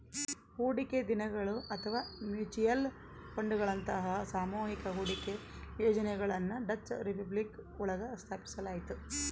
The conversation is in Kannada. ಹೂಡಿಕೆ ನಿಧಿಗಳು ಅಥವಾ ಮ್ಯೂಚುಯಲ್ ಫಂಡ್ಗಳಂತಹ ಸಾಮೂಹಿಕ ಹೂಡಿಕೆ ಯೋಜನೆಗಳನ್ನ ಡಚ್ ರಿಪಬ್ಲಿಕ್ ಒಳಗ ಸ್ಥಾಪಿಸಲಾಯ್ತು